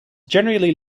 generally